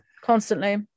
Constantly